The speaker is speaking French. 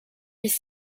dix